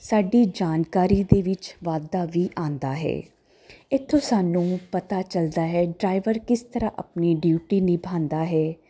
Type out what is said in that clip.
ਸਾਡੀ ਜਾਣਕਾਰੀ ਦੇ ਵਿੱਚ ਵਾਧਾ ਵੀ ਆਉਂਦਾ ਹੈ ਇੱਥੋਂ ਸਾਨੂੰ ਪਤਾ ਚੱਲਦਾ ਹੈ ਡਰਾਈਵਰ ਕਿਸ ਤਰ੍ਹਾਂ ਆਪਣੀ ਡਿਊਟੀ ਨਿਭਾਉਂਦਾ ਹੈ